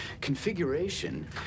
configuration